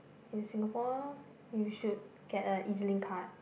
in Singapore you should get a E_Z-link card